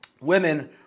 women